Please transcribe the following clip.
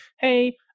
hey